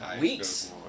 weeks